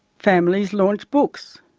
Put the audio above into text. families launch books,